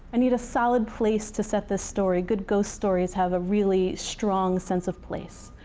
i need a solid place to set this story. good ghost stories have a really strong sense of place.